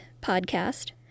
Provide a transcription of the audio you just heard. podcast